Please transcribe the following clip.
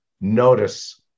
notice